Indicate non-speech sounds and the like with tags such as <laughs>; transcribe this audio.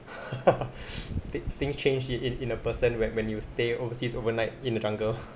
<laughs> thing things changed in in in a person when when you stay overseas overnight in the jungle